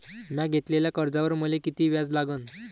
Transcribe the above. म्या घेतलेल्या कर्जावर मले किती व्याज लागन?